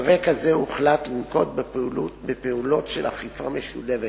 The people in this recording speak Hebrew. על רקע זה, הוחלט לנקוט פעולות של אכיפה משולבת